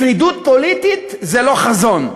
שרידות פוליטית זה לא חזון.